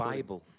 Bible